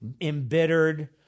embittered